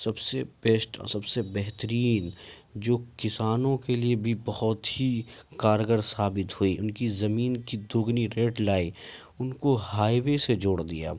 سب سے بیسٹ اور سب سے بہترین جو کسانوں کے لیے بھی بہت ہی کارگر ثابت ہوئی ان کی زمین کی دگنی ریٹ لائی ان کو ہائی وے سے جوڑ دیا